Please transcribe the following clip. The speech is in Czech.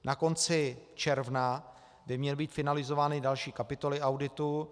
Na konci června by měly být finalizovány další kapitoly auditu.